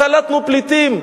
קלטנו פליטים.